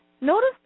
notice